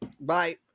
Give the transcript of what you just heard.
Bye